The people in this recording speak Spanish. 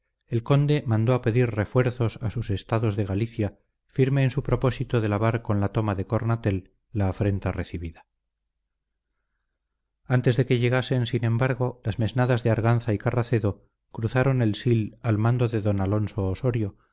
el conde mandó a pedir refuerzos a sus estados de galicia firme en su propósito de lavar con la toma de cornatel la afrenta recibida antes de que llegasen sin embargo las mesnadas de arganza y carracedo cruzaron el sil al mando de don alonso ossorio